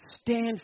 Stand